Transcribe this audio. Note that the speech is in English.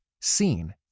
seen